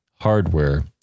Hardware